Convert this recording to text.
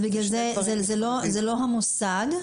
זה לא המוסד,